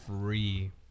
free